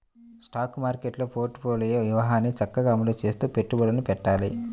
stock మార్కెట్టులో portfolio వ్యూహాన్ని చక్కగా అమలు చేస్తూ పెట్టుబడులను పెట్టాలి